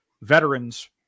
veterans